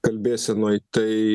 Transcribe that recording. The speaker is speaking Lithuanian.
kalbėsenoj tai